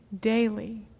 daily